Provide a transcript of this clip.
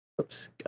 Oops